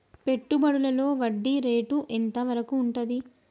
పెట్టుబడులలో వడ్డీ రేటు ఎంత వరకు ఉంటది?